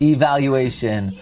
Evaluation